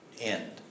end